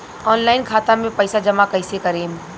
Online खाता मे पईसा जमा कइसे करेम?